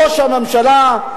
ראש הממשלה,